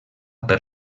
per